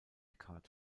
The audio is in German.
card